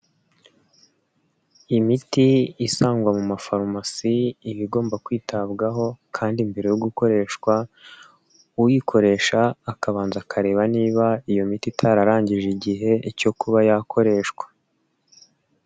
Imiti isangwa mu mafarumasi, iba igomba kwitabwaho kandi mbere yo gukoreshwa, uyikoresha akabanza akareba niba iyo miti itararangije igihe cyo kuba yakoreshwa.